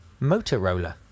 Motorola